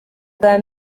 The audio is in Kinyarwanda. bwa